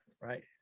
right